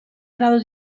grado